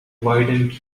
widened